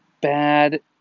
bad